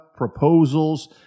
Proposals